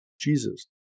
Jesus